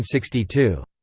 sixty two.